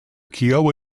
kiowa